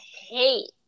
hate